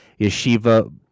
Yeshiva